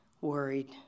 Worried